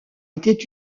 était